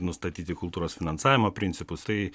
nustatyti kultūros finansavimo principus tai